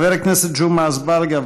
חבר הכנסת ג'מעה אזברגה,